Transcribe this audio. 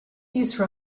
these